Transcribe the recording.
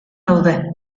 daude